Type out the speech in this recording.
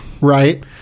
right